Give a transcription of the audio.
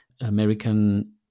American